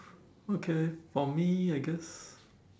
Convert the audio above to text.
okay for me I guess